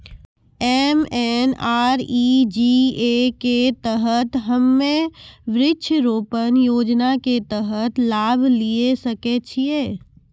MNREGA के तहत हम्मय वृक्ष रोपण योजना के तहत लाभ लिये सकय छियै?